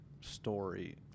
story